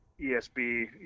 ESB